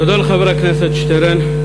תודה לחבר הכנסת שטרן.